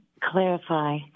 clarify